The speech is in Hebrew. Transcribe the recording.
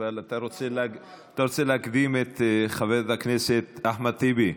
אבל אתה רוצה להקדים את חבר הכנסת אחמד טיבי.